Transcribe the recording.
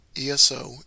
ESO